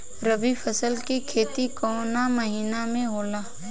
रवि फसल के खेती कवना महीना में होला?